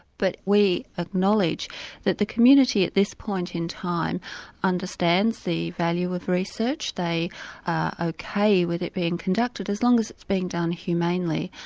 but we acknowledge that the community at this point in time understands the value of research, they are ok with it being conducted as long as it's being done humanely.